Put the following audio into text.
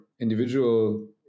individual